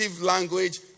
language